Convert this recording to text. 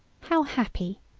how happy,